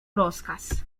rozkaz